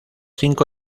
cinco